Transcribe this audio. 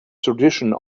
tradition